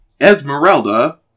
Esmeralda